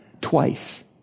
twice